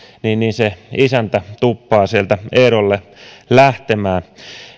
niin niin se isäntä tuppaa sieltä ehdolle lähtemään